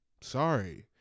Sorry